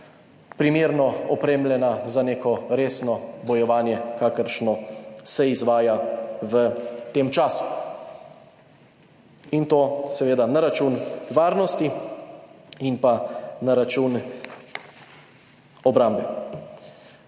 primerno opremljena za neko resno bojevanje, kakršno se izvaja v tem času, in to seveda na račun varnosti in pa na račun obrambe.